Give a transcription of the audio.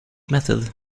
method